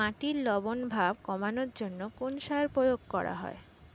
মাটির লবণ ভাব কমানোর জন্য কোন সার প্রয়োগ করা হয়?